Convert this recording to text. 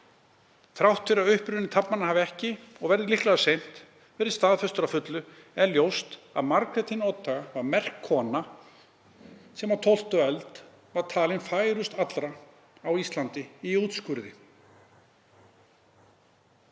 Þrátt fyrir að uppruni taflmannanna hafi ekki, og verði líklega seint, staðfestur að fullu er ljóst að Margrét hin oddhaga var merk kona sem á 12. öld var talin færust allra á Íslandi í útskurði.